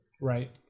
Right